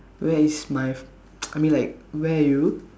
where is my I mean like where are you